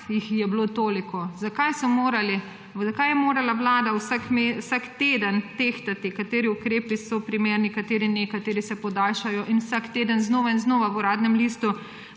jih je bilo toliko, zakaj je morala Vlada vsak teden tehtati, kateri ukrepi so primerni, kateri ne, kateri se podaljšajo, in vsak teden znova in znova v Uradnem listu